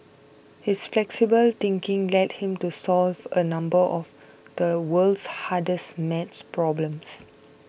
his flexible thinking led him to solves a number of the world's hardest maths problems